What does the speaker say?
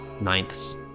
ninths